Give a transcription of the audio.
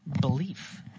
belief